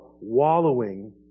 wallowing